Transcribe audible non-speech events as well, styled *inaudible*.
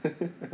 *laughs*